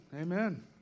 amen